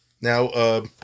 Now